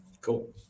Cool